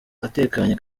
atekanye